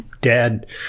dad